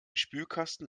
spülkasten